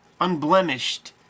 unblemished